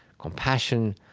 compassion,